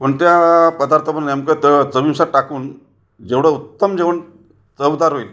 कोणत्या पदार्थामधून नेमकं च चवीनुसार टाकून जेवढं उत्तम जेवण चवदार होईल